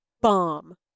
bomb